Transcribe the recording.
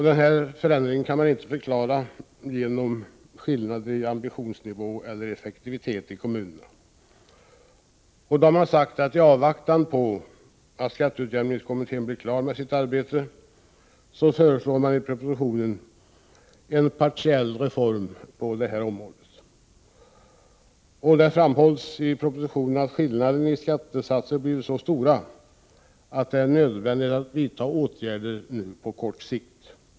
Den här förändringen kan man inte förklara med skillnader i ambitionsnivå eller effektivitet i kommunerna. I avvaktan på att skatteutjämningskommittén blir klar med sitt arbete föreslås i propositionen en partiell reform på detta område. I propositionen framhålls att skillnaderna i skattesatser har blivit så stora att det är nödvändigt att vidta åtgärder även på kort sikt.